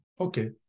Okay